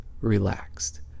relaxed